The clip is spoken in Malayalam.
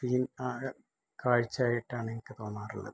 സീൻ ആകെ കാഴ്ചയായിട്ടാണെനിക്ക് തോന്നാറുള്ളത്